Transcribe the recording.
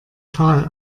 tal